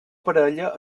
parella